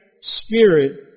Spirit